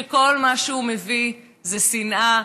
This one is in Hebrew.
שכל מה שהוא מביא זה שנאה,